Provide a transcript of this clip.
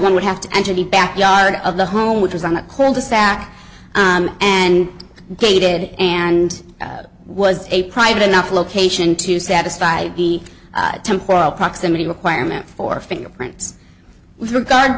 one would have to enter the back yard of the home which is on the current isac and gated and that was a private enough location to satisfy the temporal proximity requirement for fingerprints with regard